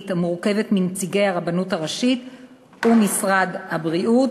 המורכבת מנציגי הרבנות הראשית ומשרד הבריאות,